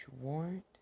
warrant